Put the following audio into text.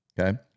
okay